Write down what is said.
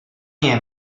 nie